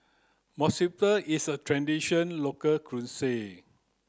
monsunabe is a traditional local cuisine